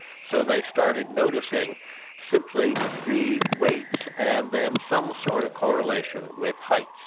so they started noticing simply the weights and then some sort of correlation with height.